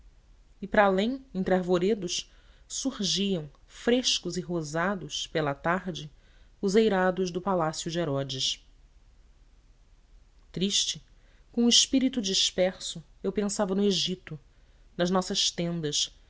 e para além entre arvoredos surgiam frescos e rosados pela tarde os eirados do palácio de herodes triste com o espírito disperso eu pensava no egito nas nossas tendas